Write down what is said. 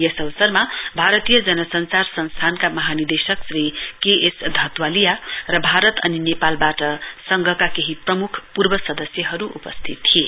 यस अवसरमा भारतीय जनसंचार संस्थानका महानिदेशक श्री के एस धतवालिया र भारत अनि नेपालबाट संघका प्रमुख पूर्व सदस्यहरू उपस्थित थिए